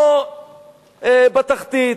לא בתחתית,